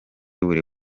buri